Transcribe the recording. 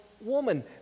woman